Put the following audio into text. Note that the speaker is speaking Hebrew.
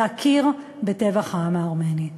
להכיר בטבח העם הארמני.